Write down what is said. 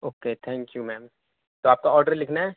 okay thank you ma'am تو آپ کا آرڈر لکھ لیں